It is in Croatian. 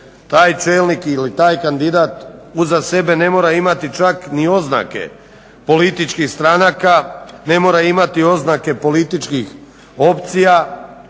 Taj čelnik ili taj kandidat uza sebe ne mora imati čak ni oznake političkih stranaka, ne mora imati oznake političkih opcija.